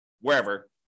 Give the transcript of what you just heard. wherever